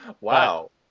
Wow